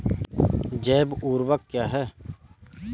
जैव ऊर्वक क्या है?